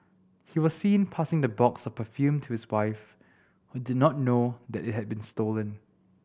he was seen passing the box of perfume to his wife who did not know that it had been stolen